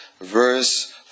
verse